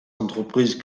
entreprises